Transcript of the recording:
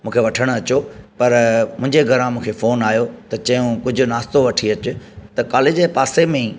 मूंखे वठणु अचो पर मुंहिंजे घरां मूंखे फोन आयो त चयऊं कुझु नास्तो वठी अचु त कॉलेज जे पासे में ई